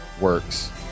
works